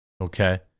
okay